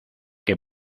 que